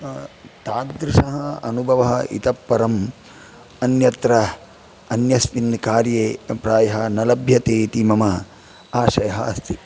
तादृशः अनुभवः इतः परम् अन्यत्र अन्यस्मिन् कार्ये प्रायः न लभ्यते इति मम आशयः अस्ति